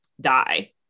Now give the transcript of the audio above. die